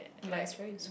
yea it's very useful